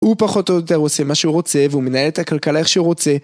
הוא פחות או יותר עושה מה שהוא רוצה והוא מנהל את הכלכלה איך שהוא רוצה